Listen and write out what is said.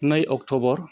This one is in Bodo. नै अक्टबर